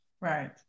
right